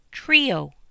TRIO